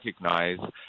recognize